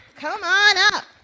come on up.